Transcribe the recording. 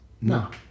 no